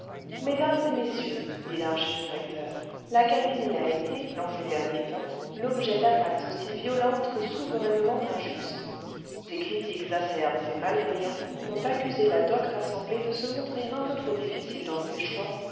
mesdames et messieurs dit l'archidirectem l'académie a été dans ces derniers temps l'objet d'attaques aussi violentes que souverainement injustes des critiques acerbes et malveillants ont accusé la docte assemblée de semontrer un peu trop difficile dans ses choix